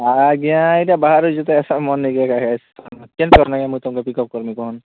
ଆଜ୍ଞା ଏଇଟା ବାହାର ଯେହେତୁ ମୁଁ ତୁମକୁ ପିକ୍ଅପ୍ କରିବି କହନ୍